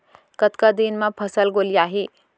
कतका दिन म फसल गोलियाही?